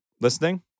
listening